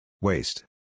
Waste